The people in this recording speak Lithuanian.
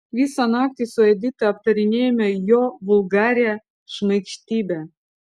visą naktį su edita aptarinėjome jo vulgarią šmaikštybę